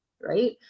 Right